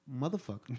Motherfucker